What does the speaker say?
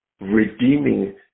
redeeming